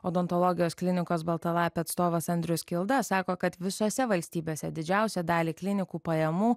odontologijos klinikos balta lapė atstovas andrius kilda sako kad visose valstybėse didžiausią dalį klinikų pajamų